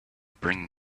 bring